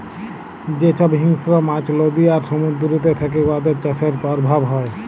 যে ছব হিংস্র মাছ লদী আর সমুদ্দুরেতে থ্যাকে উয়াদের চাষের পরভাব হ্যয়